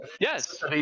Yes